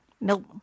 Nope